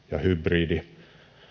ja hybridi